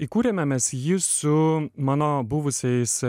įkūrėme mes jį su mano buvusiais